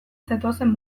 zetozen